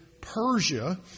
Persia